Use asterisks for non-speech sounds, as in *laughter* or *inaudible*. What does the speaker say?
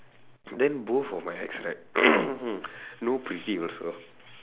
then both of my ex right *coughs* no pretty also